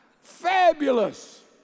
fabulous